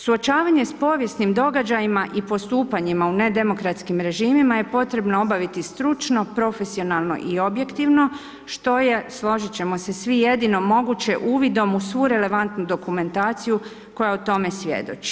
Suočavanje s povijesnim događajima i postupanjima u ne demokratskim režimima je potrebno obaviti stručno, profesionalno i objektivno što je, složit ćemo se svi, jedino moguće uvidom u svu relevantnu dokumentaciju koja o tome svjedoči.